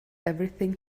everything